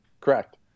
correct